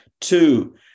Two